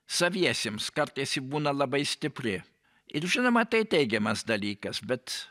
saviesiems kartais ji būna labai stipri ir žinoma tai teigiamas dalykas bet